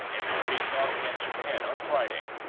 and will face off against japan on friday.